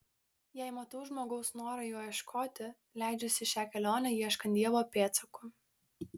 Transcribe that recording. jei matau žmogaus norą jo ieškoti leidžiuosi į šią kelionę ieškant dievo pėdsakų